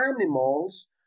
animals